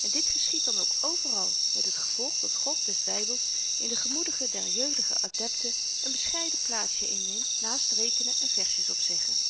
en dit geschiedt dan ook overal met het gevolg dat de god des bybels in de gemoederen der jeugdige adepten n bescheiden plaatsjen inneemt naast rekenen en versjes opzeggen we